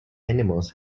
animals